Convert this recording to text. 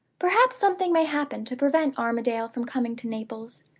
perhaps something may happen to prevent armadale from coming to naples?